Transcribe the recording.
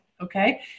okay